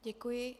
Děkuji.